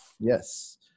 Yes